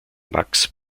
max